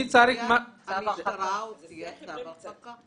המשטרה הוציאה צו הרחקה.